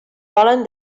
volen